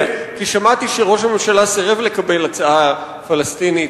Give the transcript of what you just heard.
שמעתי שראש הממשלה סירב לקבל הצעה פלסטינית,